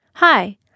Hi